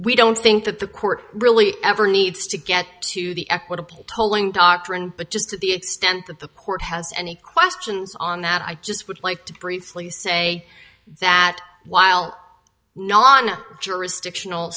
we don't think that the court really ever needs to get to the equitable tolling doctrine but just to the extent that the court has any questions on that i just would like to briefly say that while non jurisdictional